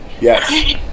yes